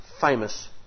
famous